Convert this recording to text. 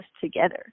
together